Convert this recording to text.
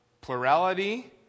Plurality